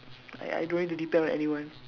I I don't need to depend on anyone